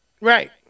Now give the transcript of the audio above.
Right